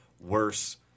worse